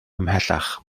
ymhellach